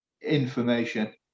information